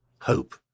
hope